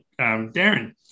Darren